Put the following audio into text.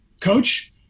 Coach